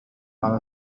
على